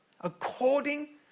according